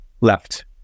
left